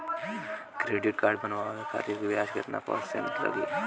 Credit card बनवाने खातिर ब्याज कितना परसेंट लगी?